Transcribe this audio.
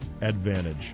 advantage